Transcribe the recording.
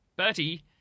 Bertie